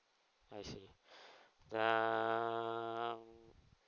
I see err